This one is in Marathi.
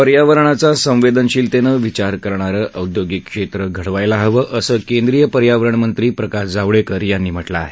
पर्यावरणाचा संवेदनशीलतेनं विचार करणारं औद्योगिक क्षेत्र घडायला हवं असं केंद्रीय पर्यावरणमंत्री प्रकाश जावडेकर यांनी म्हटलं आहे